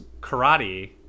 karate